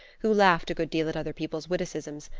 who laughed a good deal at other people's witticisms,